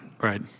Right